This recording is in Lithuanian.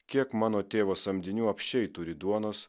kiek mano tėvo samdinių apsčiai turi duonos